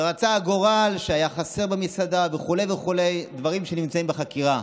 ורצה הגורל שהיה חסר במסעדה וכו' וכו' דברים שנמצאים בחקירה.